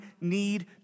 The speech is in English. need